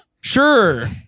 Sure